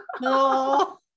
No